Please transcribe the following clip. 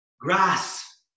grass